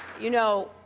you know,